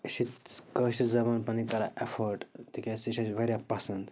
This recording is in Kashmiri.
اَسہِ چھِ کٲشِر زبان پنٕنۍ کَران اٮ۪فٲٹ تِکیٛازِ سۄ چھِ اَسہِ واریاہ پسنٛد